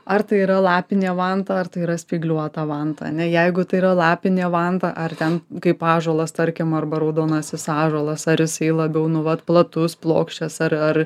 ar tai yra lapinė vanta ar tai yra spygliuota vanta ne jeigu tai yra lapinė vanta ar ten kaip ąžuolas tarkim arba raudonasis ąžuolas ar jisai labiau nu vat platus plokščias ar ar